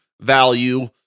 value